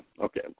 okay